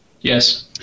Yes